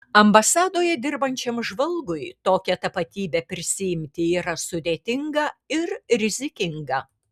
ambasadoje dirbančiam žvalgui tokią tapatybę prisiimti yra sudėtinga ir rizikinga